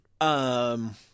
Um-